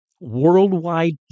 worldwide